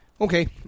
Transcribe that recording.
Okay